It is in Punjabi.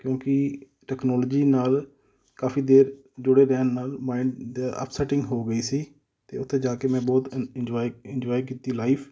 ਕਿਉਂਕਿ ਟੈਕਨੋਲੋਜੀ ਨਾਲ ਕਾਫ਼ੀ ਦੇਰ ਜੁੜੇ ਰਹਿਣ ਨਾਲ ਮਾਇੰਡ ਦਾ ਅਪਸੈਟਿੰਗ ਹੋ ਗਈ ਸੀ ਅਤੇ ਉੱਥੇ ਜਾ ਕੇ ਮੈਂ ਬਹੁਤ ਇੰ ਇੰਜੋਏ ਇੰਜੋਏ ਕੀਤੀ ਲਾਈਫ